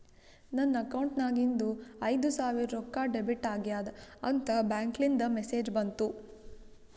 ನನ್ ಅಕೌಂಟ್ ನಾಗಿಂದು ಐಯ್ದ ಸಾವಿರ್ ರೊಕ್ಕಾ ಡೆಬಿಟ್ ಆಗ್ಯಾದ್ ಅಂತ್ ಬ್ಯಾಂಕ್ಲಿಂದ್ ಮೆಸೇಜ್ ಬಂತು